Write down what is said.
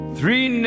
Three